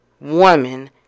woman